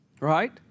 right